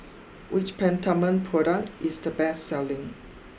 which Peptamen product is the best selling